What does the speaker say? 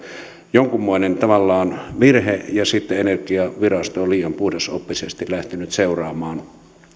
jonkunmoinen lainsäädännön virhe ja sitten energiavirasto on liian puhdasoppisesti lähtenyt seuraamaan